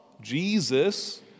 Jesus